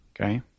Okay